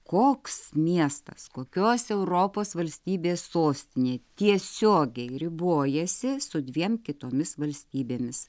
koks miestas kokios europos valstybės sostinė tiesiogiai ribojasi su dviem kitomis valstybėmis